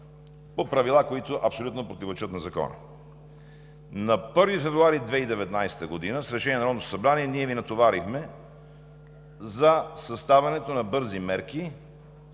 по правила, които абсолютно противоречат на Закона. На 1 февруари 2019 г. с решение на Народното събрание ние Ви натоварихме за съставянето на бързи мерки,